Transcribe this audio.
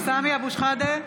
סמי אבו שחאדה,